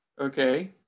okay